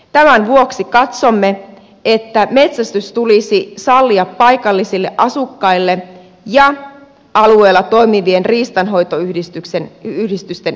tämän vuoksi katsomme että metsästys tulisi sallia paikallisille asukkaille ja alueella toimivien riistanhoitoyhdistysten jäsenille